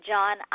John